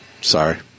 Sorry